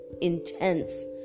intense